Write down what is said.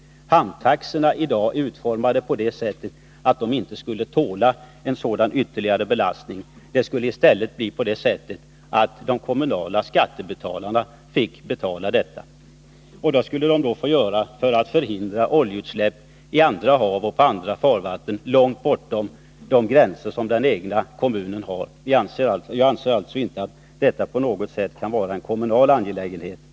Hamntaxorna är i dag så utformade att de inte skulle tåla en sådan ytterligare belastning. Det skulle istället bli på det sättet att de kommunala skattebetalarna fick svara för dessa kostnader. Och detta skulle de få göra för att förhindra oljeutsläpp i andra hav och i andra farvatten långt bortom gränserna för den egna kommunen. Jag anser alltså inte att detta på något sätt kan vara en kommunal angelägenhet.